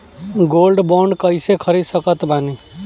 Gold bond कईसे खरीद सकत बानी?